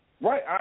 Right